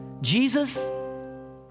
Jesus